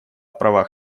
правах